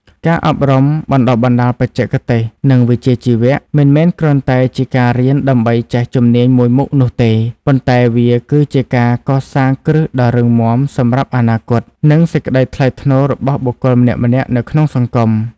ការអប់រំបណ្ដុះបណ្ដាលបច្ចេកទេស និងវិជ្ជាជីវៈ មិនមែនគ្រាន់តែជាការរៀនដើម្បីចេះជំនាញមួយមុខនោះទេ ប៉ុន្តែវាគឺជាការកសាងគ្រឹះដ៏រឹងមាំសម្រាប់អនាគត និងសេចក្ដីថ្លៃថ្នូររបស់បុគ្គលម្នាក់ៗនៅក្នុងសង្គម។